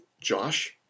Josh